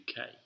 UK